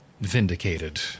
vindicated